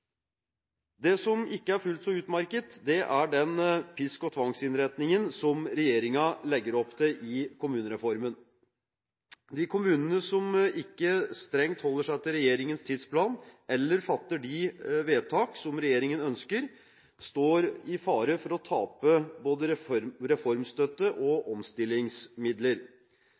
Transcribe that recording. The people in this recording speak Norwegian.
Det som ikke er fullt så utmerket, er den pisk-og-tvang-innretningen som regjeringen legger opp til i kommunereformen. De kommunene som ikke strengt holder seg til regjeringens tidsplan, eller fatter de vedtak som regjeringen ønsker, står i fare for å tape både reformstøtte og omstillingsmidler.